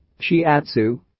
Shiatsu